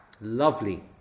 Lovely